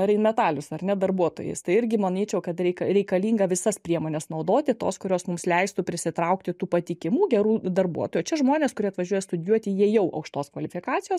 rainmetalius ar ne darbuotojais tai irgi manyčiau kad reika reikalinga visas priemones naudoti tos kurios mums leistų prisitraukti tų patikimų gerų darbuotojų čia žmonės kurie atvažiuoja studijuoti jie jau aukštos kvalifikacijos